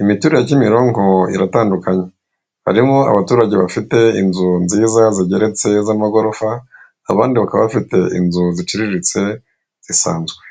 imiturire ya Kimironko iratandukanye harimo abaturage bafite inzu nziza zigeretse z'amagorofa abandi bakaba bafite inzu ziciriritse zisanzwe.